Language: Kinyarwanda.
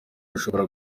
ashobora